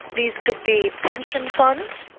these could be pension funds,